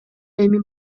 эми